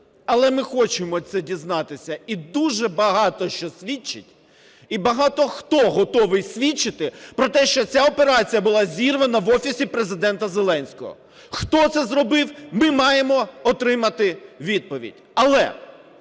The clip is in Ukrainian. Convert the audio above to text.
але ми хочемо це дізнатися. І дуже багато що свідчить і багато хто готовий свідчити про те, що ця операція була зірвана в Офісі Президента Зеленського. Хто це зробив – ми маємо отримати відповідь. Але